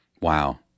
wow